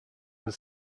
than